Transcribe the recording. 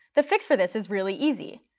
the fix for this is really easy.